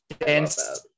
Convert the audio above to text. dance